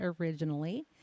originally